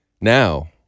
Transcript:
Now